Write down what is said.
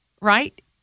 right